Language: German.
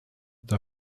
der